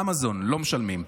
אמזון, לא משלמים.